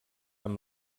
amb